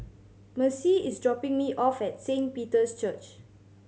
Macie is dropping me off at Saint Peter's Church